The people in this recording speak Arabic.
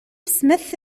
سميث